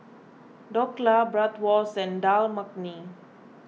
Dhokla Bratwurst and Dal Makhani